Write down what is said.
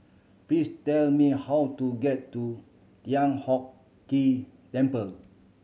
please tell me how to get to Thian Hock Temple